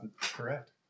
correct